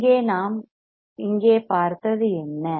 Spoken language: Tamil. இங்கே நாம் இங்கே பார்த்தது என்ன